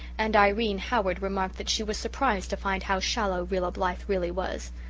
and irene howard remarked that she was surprised to find how shallow rilla blythe really was.